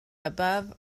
above